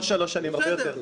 לא שלוש שנים, הרבה יותר.